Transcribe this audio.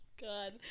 God